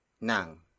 NANG